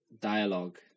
dialogue